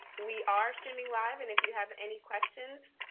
we are streaming live. and if you have any questions,